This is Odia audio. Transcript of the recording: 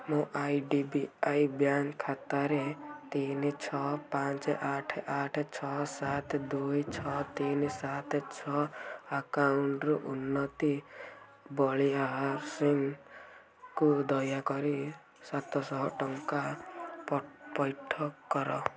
ମୋ I D B I bank ଖାତାରେ ତିନି ଛଅ ପାଞ୍ଚ ଆଠ ଆଠ ଛଅ ସାତ ଦୁଇ ଛଅ ତିନି ସାତ ଛଅ ଆକାଉଣ୍ଟରୁ ଉନ୍ନତି ବଳିଆରସିଂହକୁ ଦୟାକରି ସାତଶହ ଟଙ୍କା ପଇଠ କର